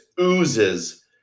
oozes